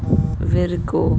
virgo